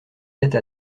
tête